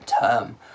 term